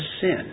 sin